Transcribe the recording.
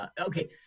Okay